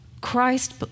Christ